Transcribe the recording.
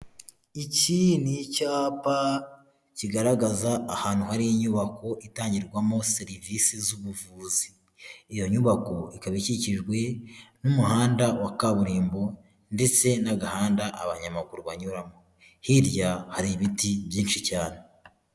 Iki ni icyapa kigaragaza ahantu hari inyubako itangirwamo serivisi z'ubuvuzi iyo nyubako ikaba ikikijwe n'umuhanda wa kaburimbo ndetse n'agahanda abanyamaguru banyuramo hirya hari ibiti byinshi cyane.